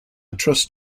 trust